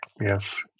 yes